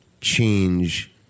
change